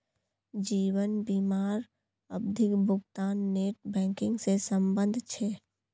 जीवन बीमार आवधिक भुग्तान नेट बैंकिंग से संभव छे?